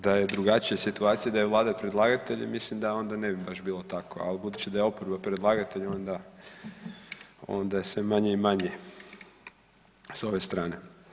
Da je drugačija situacija da je Vlada predlagatelj mislim da onda ne bi baš bilo tako, ali budući da je oporba predlagatelj, onda, onda je sve manje i manje s ove strane.